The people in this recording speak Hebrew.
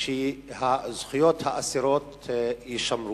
שזכויות האסירות יישמרו.